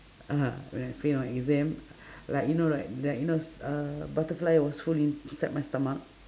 uh when I fail my exam like you know like like you know s~ uh butterfly was fully in~ inside my stomach